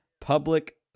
public